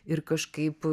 ir kažkaip